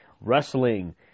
wrestling